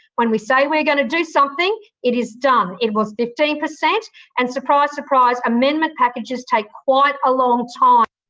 when we say we're going to do something, it is done. it was fifteen percent and surprise, surprise, amendment packages take quite a long time